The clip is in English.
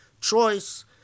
choice